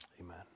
amen